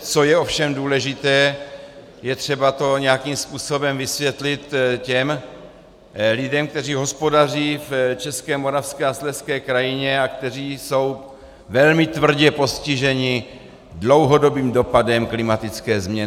Co je ovšem důležité, je třeba to nějakým způsobem vysvětlit těm lidem, kteří hospodaří v české, moravské a slezské krajině a kteří jsou velmi tvrdě postiženi dlouhodobým dopadem klimatické změny.